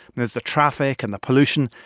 there's the traffic and the pollution.